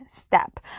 step